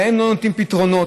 להם לא נותנים פתרונות,